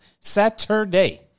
Saturday